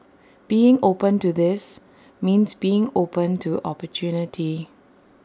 being open to this means being open to opportunity